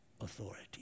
authority